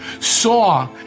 saw